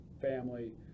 family